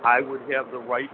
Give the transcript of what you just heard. i would have the right